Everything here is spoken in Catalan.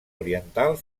oriental